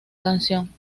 canción